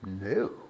No